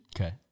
Okay